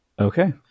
okay